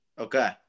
okay